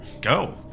Go